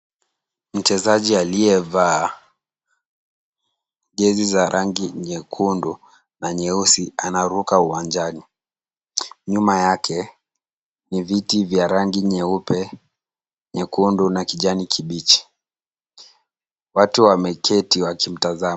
Mchezaji aliyeva jezi za rangi nyekundu na nyeusi anaruka uwanjani. Nyuma yake ni viti vya rangi nyeupe, nyekundu na kijani kibichi. Watu wameketi wakimtazama.